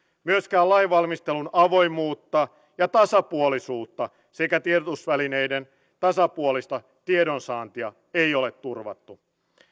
myöskään lainvalmistelun avoimuutta ja tasapuolisuutta sekä tiedotusvälineiden tasapuolista tiedonsaantia ei ole turvattu